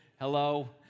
Hello